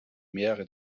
mehrere